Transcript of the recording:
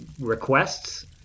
requests